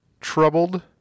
troubled